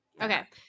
Okay